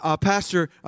Pastor